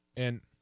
and